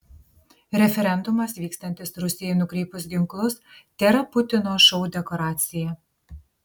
referendumas vykstantis rusijai nukreipus ginklus tėra putino šou dekoracija